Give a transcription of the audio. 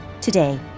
today